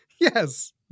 Yes